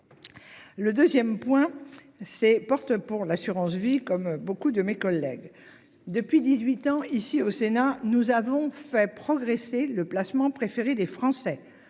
Le 2ème point ses portes pour l'assurance-vie comme beaucoup de mes collègues. Depuis 18 ans ici au Sénat, nous avons fait progresser le placement préféré des Français.